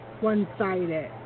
one-sided